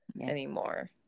anymore